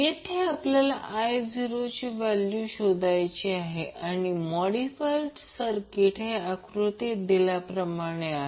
येथे आपल्याला I0 ची व्हॅल्यू शोधायची आहे आणि मोडीफाईड सर्किट हे आकृतीत दिल्याप्रमाणे आहे